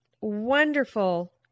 wonderful